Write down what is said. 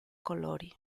colori